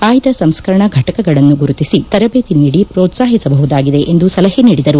ಆಯ್ದ ಸಂಸ್ಕರಣಾ ಘಟಕಗಳನ್ನು ಗುರುತಿಸಿ ತರಬೇತಿ ನೀಡಿ ಪ್ರೋತ್ಸಾಹಿಸಬಹುದಾಗಿದೆ ಎಂದು ಅವರು ಸಲಹೆ ನೀಡಿದರು